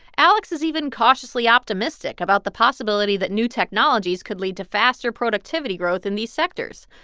alex is even cautiously optimistic about the possibility that new technologies could lead to faster productivity growth in these sectors,